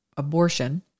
Abortion